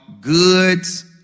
goods